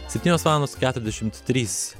septynios valandos keturiasdešimt trys